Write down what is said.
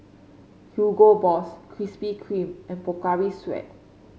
Hugo Boss Krispy Kreme and Pocari Sweat